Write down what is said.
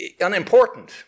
unimportant